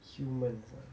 humans uh